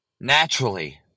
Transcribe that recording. naturally